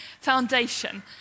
foundation